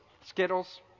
skittles